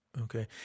Okay